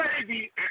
baby